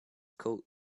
caught